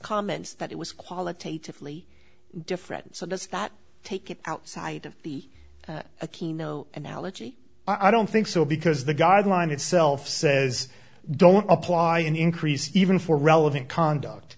comments that it was qualitatively different so does that take it outside of the aquino analogy i don't think so because the guideline itself says don't apply an increase even for relevant conduct